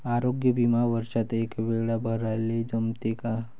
आरोग्य बिमा वर्षात एकवेळा भराले जमते का?